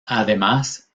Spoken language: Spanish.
además